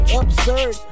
absurd